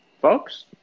folks